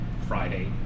Friday